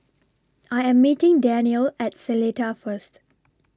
I Am meeting Daniele At Seletar First